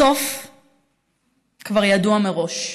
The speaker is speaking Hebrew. הסוף כבר ידוע מראש.